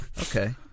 Okay